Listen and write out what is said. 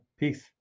peace